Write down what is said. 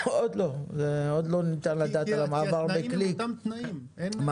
עוד לא ניתן לדעת על המעבר בקליק כי